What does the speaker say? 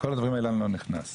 לכל הדברים האלה אני לא נכנס,